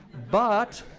but,